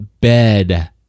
bed